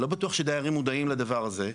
אני לא בטוח שהדיירים מודעים לדבר הזה,